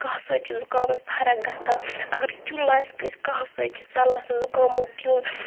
کَہوٕ سۭتۍ چھِ زُکامَس فرق گژھان اگر کیُل آسہِ کٲنٛسہِ کَہوٕ سۭتۍ چھِ ژلان سُہ زُکامُک کیُل